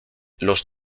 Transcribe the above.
los